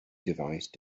device